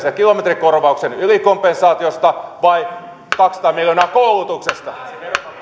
siitä kilometrikorvauksen ylikompensaatiosta vai kaksisataa miljoonaa koulutuksesta